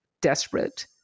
desperate